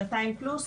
שנתיים פלוס,